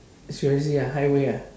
seriously ah highway ah